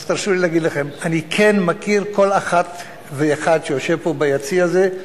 אז תרשו לי להגיד לכם: אני כן מכיר כל אחת ואחד שיושב פה ביציע הזה,